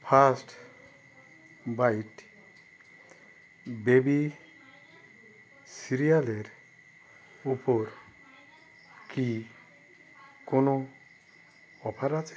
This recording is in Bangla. ফার্স্ট বাইট বেবি সিরিয়ালের ওপর কি কোনও অফার আছে